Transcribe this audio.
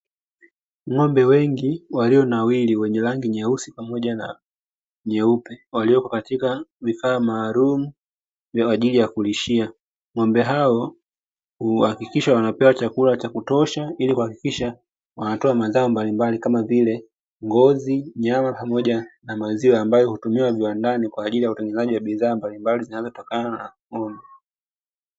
Ng’ombe wengi walionawiri wenye rangi nyeusi pamoja na nyeupe, walio katika vifaa maalumu vya kwa ajili ya kulishia, Ng’ombe hao huhakikisha wanapewa chakula cha kutosha, ili kuhakikisha wanatoa mazao mbalimbali kama vile ngozi , nyama pamoja na maziwa ambayo hutumiwa viwandani kwa ajili ya utengezezaji wa bidhaa mbalimbali zinazotokana na ng’ombe.